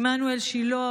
עמנואל שילה,